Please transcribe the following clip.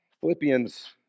Philippians